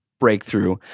Breakthrough